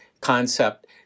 concept